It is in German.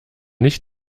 nicht